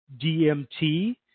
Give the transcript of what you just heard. DMT